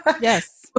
Yes